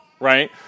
Right